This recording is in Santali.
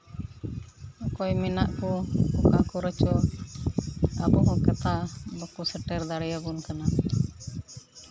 ᱚᱠᱚᱭ ᱢᱮᱱᱟᱜ ᱠᱚ ᱚᱠᱟ ᱠᱚᱨᱮ ᱪᱚ ᱟᱵᱚ ᱦᱚᱸ ᱠᱟᱛᱷᱟ ᱵᱟᱠᱚ ᱥᱮᱴᱮᱨ ᱫᱟᱲᱮᱭᱟᱵᱚᱱ ᱠᱟᱱᱟ